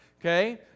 okay